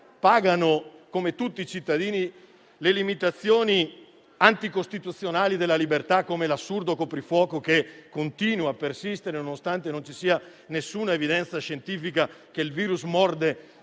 pagano, come tutti i cittadini - e non solo - le limitazioni anticostituzionali della libertà, come l'assurdo coprifuoco, che continua a persistere nonostante non ci sia alcuna evidenza scientifica del fatto che il virus morda